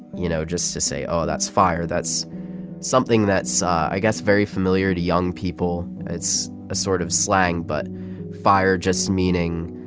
you know, just to say, oh, that's fire. that's something that's i guess very familiar to young people. it's a sort of slang but fire just meaning,